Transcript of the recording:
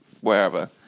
wherever